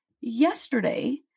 yesterday